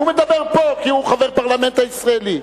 הוא מדבר פה כי הוא חבר הפרלמנט הישראלי.